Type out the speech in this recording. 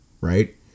right